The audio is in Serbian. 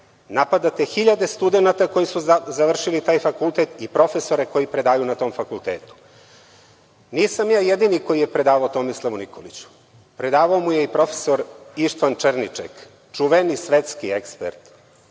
napadate hiljade studenata koji su završili taj fakultet i profesore koji predavaju na tom fakultetu. Nisam ja jedini koji je predavao Tomislavu Nikoliću. Predavao mu je i prof. Ištvan Černiček, čuveni svetski ekspert